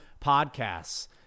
podcasts